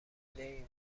نمیمونه